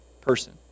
person